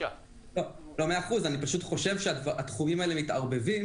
אני פשוט חושב שהתחומים האלה מתערבבים.